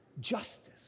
justice